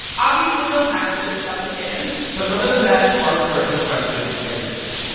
obviously, low taxes that was a given but other than that, art started to question everything.